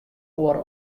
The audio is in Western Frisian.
oare